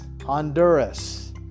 Honduras